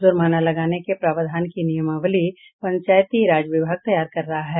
जुर्माना लगाने के प्रावधान की नियमावली पंचायती राज विभाग तैयार कर रहा है